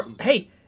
Hey